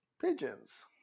pigeons